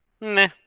Nah